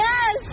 Yes